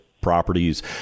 properties